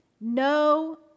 No